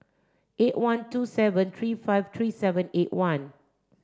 eight one two seven three five three seven eight one